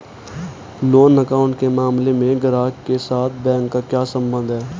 Loan account के मामले में ग्राहक के साथ बैंक का क्या संबंध है?